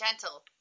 gentle